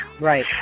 Right